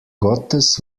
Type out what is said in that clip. gottes